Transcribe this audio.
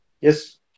Yes